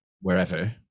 wherever